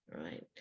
right